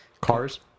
Cars